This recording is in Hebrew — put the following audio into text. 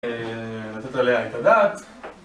לתת עליה את הדעת